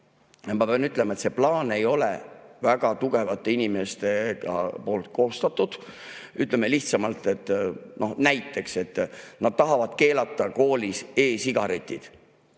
ma pean ütlema, et see plaan ei ole väga tugevate inimeste koostatud. Ütleme lihtsamalt: näiteks tahavad nad keelata koolis e-sigaretid.